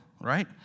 Right